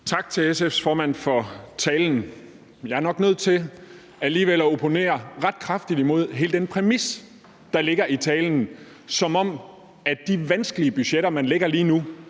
Tak til SF's formand for talen. Jeg er nok nødt til alligevel at opponere ret kraftigt imod hele den præmis, der ligger i talen, altså at de vanskelige budgetter, man lægger lige nu,